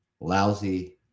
lousy